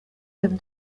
them